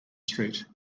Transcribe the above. street